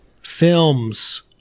films